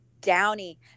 Downy